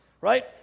right